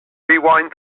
rewind